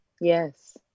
Yes